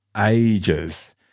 ages